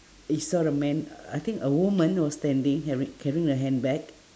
you saw the man I think a woman was standing ha~ carrying her handbag